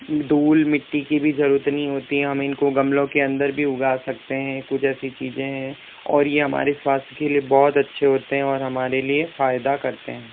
धूल मिट्टी की भी ज़रूरत नहीं होती हैं हम इन को गमलों के अंदर भी उगा सकते हैं कुछ ऐसी चीज़ें हैं और ये हमारे स्वास्थ्य के लिए बहुत अच्छे होते हैं और हमारे लिए फ़ायदा करते हैं